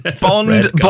Bond